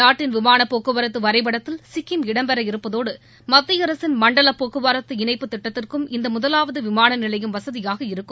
நாட்டின் விமான போக்குவரத்து வரைபடத்தில் சிக்கிம் இடம்பெற இருப்பதோடு மத்திய அரசின் மண்டல போக்குவரத்து இணைப்பு திட்டத்திற்கும் இந்த முதலாவது விமான நிலையம் வசதியாக இருக்கும்